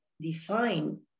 define